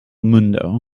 mundo